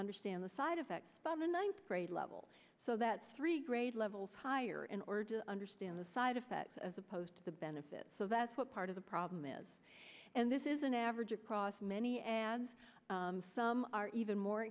understand the side effects on the ninth grade level so that's three grade levels higher in order to understand the side effects as opposed to the benefit so that's what part of the problem is and this is an average across many and some are even more